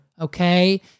okay